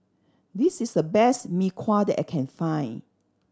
this is the best Mee Kuah that I can find